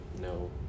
No